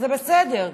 וזה בסדר.